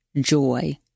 joy